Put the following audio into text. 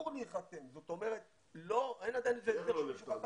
זאת אומרת אין עדיין --- איך לא נחתם?